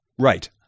Right